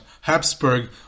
Habsburg